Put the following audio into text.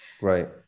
Right